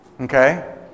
Okay